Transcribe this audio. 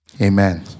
Amen